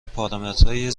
پارامترهای